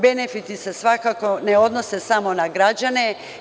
Benefiti se svakako ne odnose samo na građane.